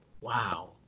Wow